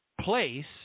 place